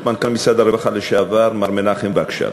מנכ"ל משרד הרווחה לשעבר מר מנחם וגשל,